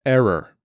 Error